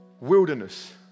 Wilderness